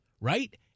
right